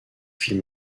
fit